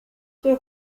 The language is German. für